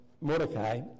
Mordecai